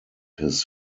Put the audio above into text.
his